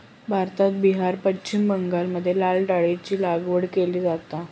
भारतात बिहार, पश्चिम बंगालमध्ये लाल डाळीची लागवड केली जाता